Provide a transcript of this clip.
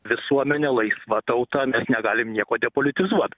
visuomenė laisva tauta mes negalim nieko depolitizuot